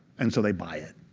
and so they buy it.